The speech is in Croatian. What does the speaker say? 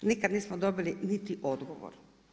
Nikad nismo dobili niti odgovor.